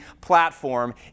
platform